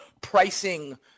pricing